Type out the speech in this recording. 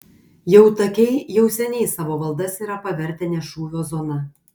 jautakiai jau seniai savo valdas yra pavertę ne šūvio zona